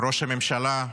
ראש הממשלה,